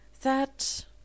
that